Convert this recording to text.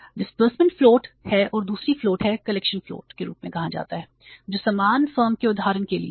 यह disbursement float के रूप में कहा जाता है जो समान फर्म के उदाहरण के लिए है